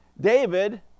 David